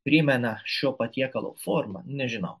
primena šio patiekalo formą nežinau